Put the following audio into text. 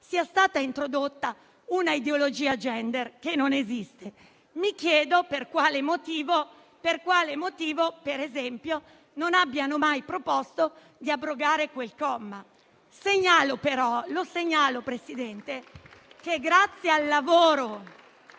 sia stata introdotta una ideologia *gender*, che non esiste. Mi chiedo per quale motivo, per esempio, non abbiano mai proposto di abrogare quel comma. Segnalo, però, Presidente, che grazie al lavoro